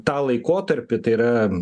tą laikotarpį tai yra